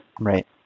Right